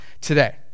today